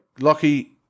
Lucky